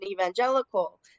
evangelical